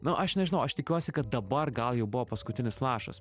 nu aš nežinau aš tikiuosi kad dabar gal jau buvo paskutinis lašas